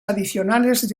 adicionales